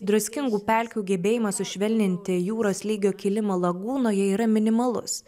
druskingų pelkių gebėjimas sušvelninti jūros lygio kilimą lagūnoje yra minimalus